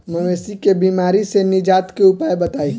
मवेशी के बिमारी से निजात के उपाय बताई?